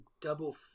double